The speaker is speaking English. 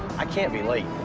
i can't be late.